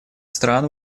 стран